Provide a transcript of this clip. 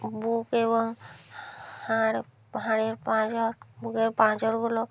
বুক এবং হাঁড় হাঁড়ের পাঁজর বুকের পাঁজরগুলো